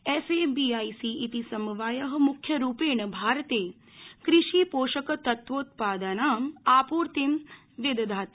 C स्रीआईसी सि समवाय मुख्यरूपेण भारते कृषिपोषकतत्वोत्पादानाम् आपूर्ति विदधाति